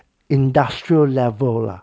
industrial level lah